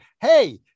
hey